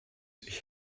ich